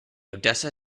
odessa